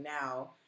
now